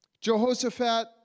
Jehoshaphat